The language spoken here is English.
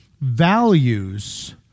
values